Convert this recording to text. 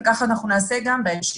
וכך אנחנו נעשה גם בהמשך.